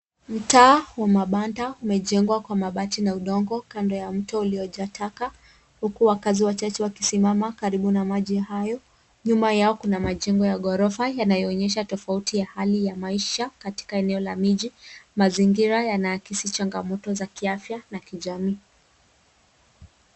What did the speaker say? Mtaa wa mabanda umejengwa kwa mabati na udongo kando ya mto uliojaa taka huku wakaazi wakisimama karibu na maji hayo nyuma yao kuna majengo ya gorofa yanayoonyesha tofauti ya hali ya maisha katika eneo la miji mazingira yanakisi changamoto za kiafya na kijamii.